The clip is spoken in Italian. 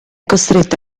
costretto